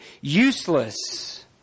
useless